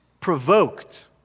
provoked